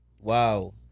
Wow